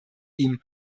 ihm